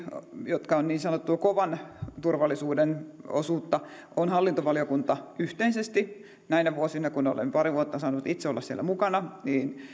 jotka ovat niin sanottua kovan turvallisuuden osuutta on hallintovaliokunta yhteisesti näinä vuosina kun olen pari vuotta saanut itse olla siellä mukana